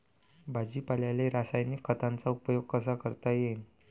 भाजीपाल्याले रासायनिक खतांचा उपयोग कसा करता येईन?